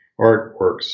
artworks